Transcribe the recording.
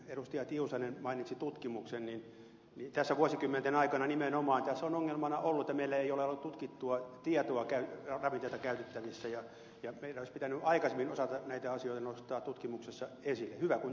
tiusanen mainitsi tutkimuksen että tässä vuosikymmenten aikana nimenomaan on ongelmana ollut että meillä ei ole ollut tutkittua tietoa ravinteista käytettävissä ja meidän olisi pitänyt aikaisemmin osata näitä asioita nostaa tutkimuksessa esille hyvä kun tänä päivänä